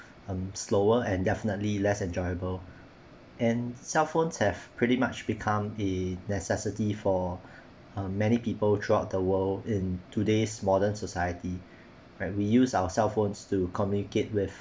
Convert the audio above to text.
um slower and definitely less enjoyable and cell phones have pretty much become a necessity for um many people throughout the world in today's modern society where we use our cell phones to communicate with